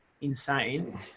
insane